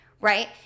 Right